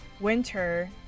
winter